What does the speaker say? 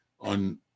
On